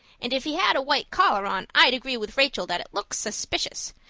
and if he had a white collar on i'd agree with rachel that it looks suspicious,